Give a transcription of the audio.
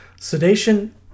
Sedation